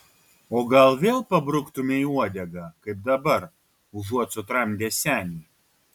o gal vėl pabruktumei uodegą kaip dabar užuot sutramdęs senį